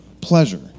pleasure